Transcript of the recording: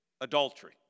adultery